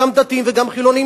גם דתיים וגם חילונים,